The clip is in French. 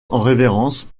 révérence